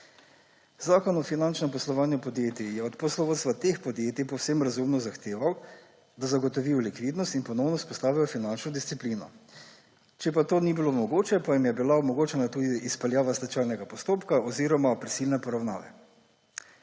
Zakon o finančnem poslovanju podjetij je od poslovodstva teh podjetij povsem razumno zahteval, da zagotovijo likvidnost in ponovno vzpostavijo finančno disciplino. Če to ni bilo mogoče, pa jim je bila omogočena tudi izpeljava stečajnega postopka oziroma prisilne poravnave.